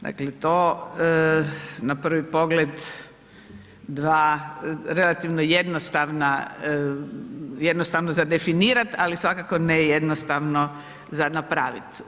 Dakle, to na prvi pogled, dva relativno jednostavna, jednostavno za definirati, ali svakako ne jednostavno za napraviti.